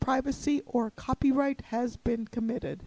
privacy or copyright has been committed